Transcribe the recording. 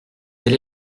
quel